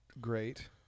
great